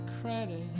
credit